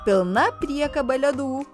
pilna priekaba ledų